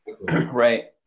Right